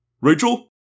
Rachel